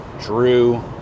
Drew